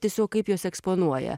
tiesiog kaip juos eksponuoja